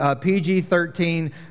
PG-13